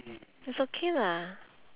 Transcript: it's okay lah